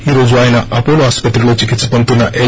ఈ రోజు ఆయన అపోలో ఆసుపత్రిలో చికిత్స పొందుతున్నఎల్